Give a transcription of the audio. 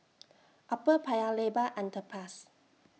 Upper Paya Lebar Underpass